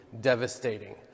devastating